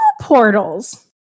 portals